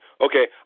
Okay